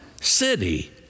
city